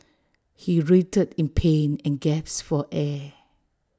he writhed in pain and gasped for air